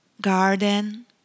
garden